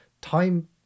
Time